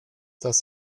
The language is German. das